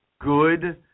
good